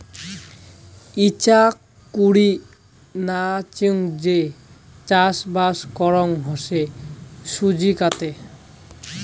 ইচাকুরি নাচেঙ যে চাষবাস করাং হসে জুচিকাতে